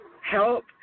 help